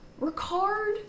Ricard